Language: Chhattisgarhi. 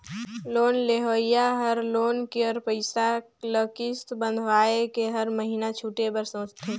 लोन लेहोइया हर लोन कर पइसा ल किस्त बंधवाए के हर महिना छुटे बर सोंचथे